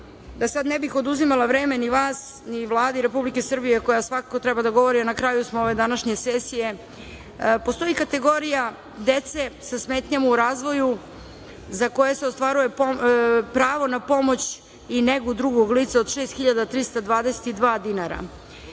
da sad ne bih oduzimala vreme ni vas ni Vladi Republike Srbije koja svakako treba da govori, na kraju smo ove današnje sesije. Postoji kategorija deca sa smetnjama u razvoju za koje se ostvaruje pravo na pomoć i negu drugog lica od 6.322 dinara.